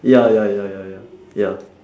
ya ya ya ya ya ya